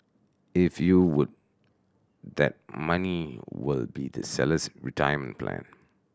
if you would that money will be the seller's retirement plan